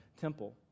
temple